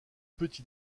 petit